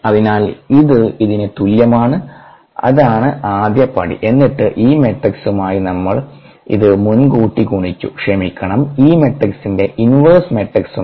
അതിനാൽ ഇത് ഇതിന് തുല്യമാണ് അതാണ് ആദ്യ പടി എന്നിട്ട് ഈ മാട്രിക്സുമായി നമ്മൾ ഇത് മുൻകൂട്ടി ഗുണിച്ചു ക്ഷമിക്കണം ഈ മാട്രിക്സിന്റെ ഇൻവെഴ്സ് മാട്രിക്സുമായി